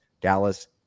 Dallas